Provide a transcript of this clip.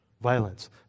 violence